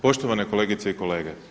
Poštovane kolegice i kolege.